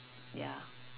ya